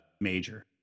major